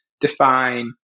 define